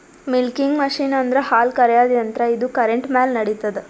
milking machine ಅಂದ್ರ ಹಾಲ್ ಕರ್ಯಾದ್ ಯಂತ್ರ ಇದು ಕರೆಂಟ್ ಮ್ಯಾಲ್ ನಡಿತದ್